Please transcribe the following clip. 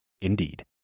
Indeed